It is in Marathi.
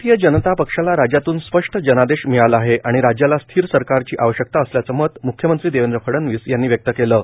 आरतीय जनता पक्षाला राज्यातून स्पष्ट जनादेश मिळाला आहे आणि राज्याला स्थिर सरकारची आवश्यकता असल्याचं मत मुख्यमंत्री देवेंद्र फडणवीस यांनी व्यक्त केलं आहे